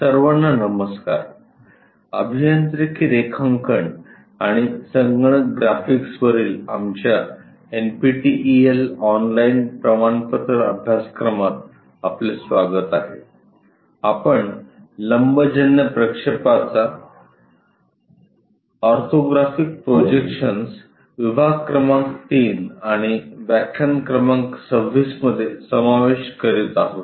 सर्वांना नमस्कार अभियांत्रिकी रेखांकन आणि संगणक ग्राफिक्सवरील आमच्या एनपीटीईएल ऑनलाईन प्रमाणपत्र अभ्यासक्रमात आपले स्वागत आहे आपण लंबजन्य प्रक्षेपाचा ऑर्थोग्राफिक प्रोजेक्शन विभाग क्रमांक 3 आणि व्याख्यान क्रमांक 26 मध्ये समावेश करीत आहोत